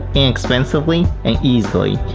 inexpensively and easily,